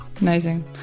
Amazing